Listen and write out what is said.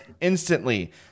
instantly